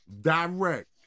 Direct